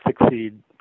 succeed